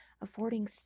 affording